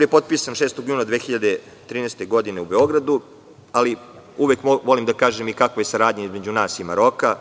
je potpisan 6. juna 2013. godine u Beogradu, ali uvek volim da kažem kakva je saradnja između nas i Maroka.